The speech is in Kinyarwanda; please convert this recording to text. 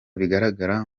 bigaragara